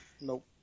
Nope